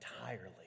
entirely